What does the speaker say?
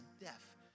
death